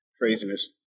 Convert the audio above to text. craziness